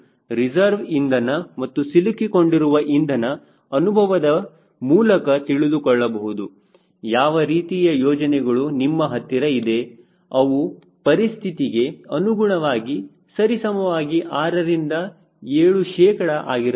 reserve ಇಂಧನ ಮತ್ತು ಸಿಲುಕಿಕೊಂಡಿರುವ ಇಂಧನ ಅನುಭವದ ಮೂಲಕ ತಿಳಿದುಕೊಳ್ಳಬಹುದು ಯಾವ ರೀತಿಯ ಯೋಜನೆಗಳು ನಿಮ್ಮ ಹತ್ತಿರ ಇದೆ ಅವು ಪರಿಸ್ಥಿತಿಗೆ ಅನುಗುಣವಾಗಿ ಸರಿಸಮವಾಗಿ 6 ರಿಂದ 7 ಶೇಕಡ ಆಗಿರಬಹುದು